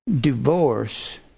divorce